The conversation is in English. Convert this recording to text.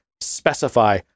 specify